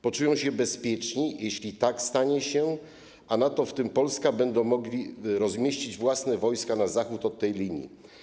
Poczują się bezpieczni, jeśli tak się stanie, a państwa NATO, w tym Polska, będą mogły rozmieścić własne wojska na zachód od tej linii.